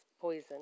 poison